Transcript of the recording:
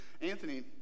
Anthony